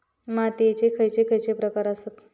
मातीयेचे खैचे खैचे प्रकार आसत?